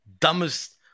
dumbest